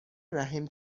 رحم